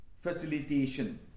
facilitation